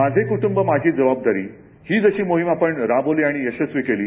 माझे कुटंब माझी जबाबदारी ही जशी मोहीम आपण राबविली आणि यशस्वी केली